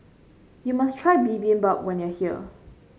you must try Bibimbap when you are here